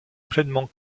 pleinement